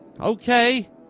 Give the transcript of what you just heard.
Okay